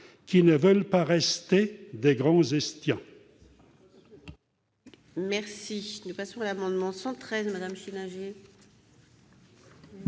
qui ne veulent pas rester des « Grands Estiens